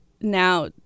now